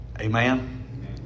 Amen